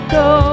go